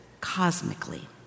cosmically